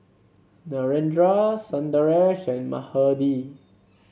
Narendra Sundaresh and Mahade